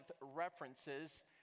references